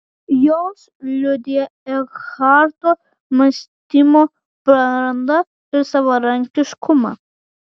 jos liudija ekharto mąstymo brandą ir savarankiškumą